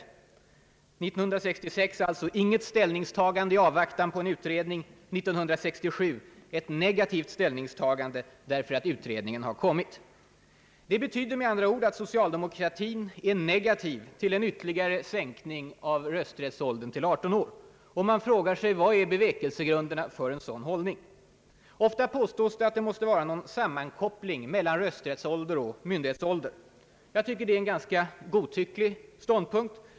1966 alltså: inget ställningstagande i avvaktan på en utredning. 1967: ett negativt ställningstagande, därför att utredningen har kommit. Detta betyder med andra ord att socialdemokratien nu är negativ till en ytterligare sänkning av rösträttsåldern till 18 år. Man frågar sig: Vad är bevekelsegrunderna för en sådan hållning? Det påstås ofta att något slags sammankoppling måste finnas mellan rösträttsåldern och myndighetsåldern. Jag tycker att det är en ganska godtycklig ståndpunkt.